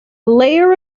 layer